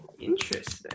interesting